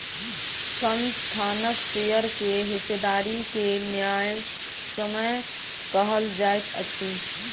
संस्थानक शेयर के हिस्सेदारी के न्यायसम्य कहल जाइत अछि